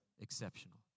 Exceptional